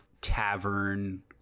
tavern